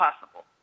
possible